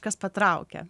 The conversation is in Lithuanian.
kas patraukia